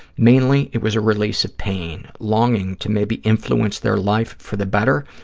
mainly, it was a release of pain, longing to maybe influence their life for the better.